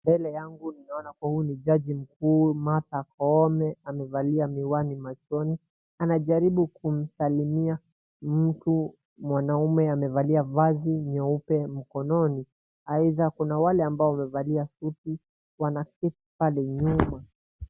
Mbele yangu ni naona kuwa huyu ni jaji mkuu Martha Koome. Amevalia miwani machoni, anajaribu kumsalimia mtu mwanaume amevalia vazi nyeupe mkononi. Aidha kuna wale ambao wamevalia suti wanaketi pale nyuma.